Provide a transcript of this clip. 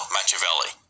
Machiavelli